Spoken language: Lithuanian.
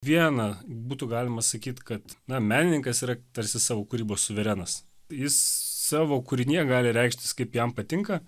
viena būtų galima sakyt kad na menininkas yra tarsi savo kūrybos suverenas jis savo kūrinyje gali reikštis kaip jam patinka